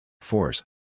Force